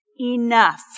enough